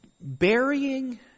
burying